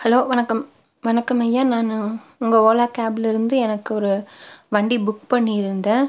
hello வணக்கம் வணக்கம் ஐயா நான் உங்கள் ஓலா கேப்பிலிருந்து எனக்கு ஒரு வண்டி புக் பண்ணி இருந்தேன்